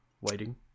waiting